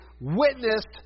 witnessed